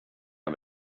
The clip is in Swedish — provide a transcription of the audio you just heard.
jag